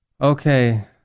Okay